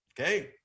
Okay